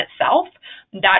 itself—that